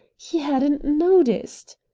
he hadn't noticed!